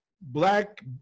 black